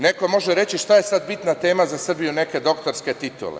Na kraju, neko može reći – što je sad bitna tema za Srbiju neke doktorske titule?